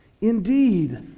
Indeed